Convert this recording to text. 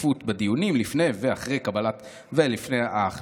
השתתפות בדיונים לפני ואחרי קבלת החלטות,